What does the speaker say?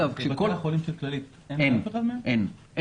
לבתי החולים של כללית אין דבר כזה?